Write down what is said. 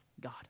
God